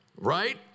Right